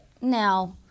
now